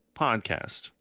podcast